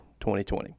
2020